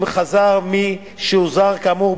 אם מי שהוזהר כאמור,